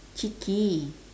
chicky